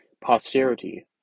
posterity